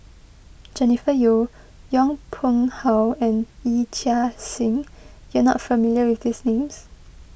Jennifer Yeo Yong Pung How and Yee Chia Hsing you are not familiar with these names